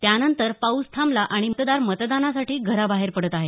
त्यानंतर पाऊस थांबला आणि मतदार मतदानासाठी घराबाहेर पडत आहेत